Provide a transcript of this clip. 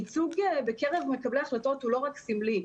שייצוג בקרב מקבלי ההחלטות הוא לא רק סמלי.